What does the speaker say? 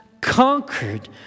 conquered